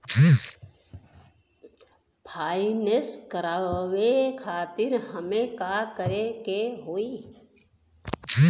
Finance करावे खातिर हमें का करे के होई?